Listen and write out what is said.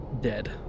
dead